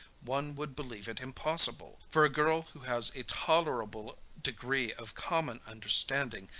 one would believe it impossible for a girl who has a tolerable degree of common understanding,